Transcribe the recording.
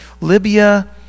Libya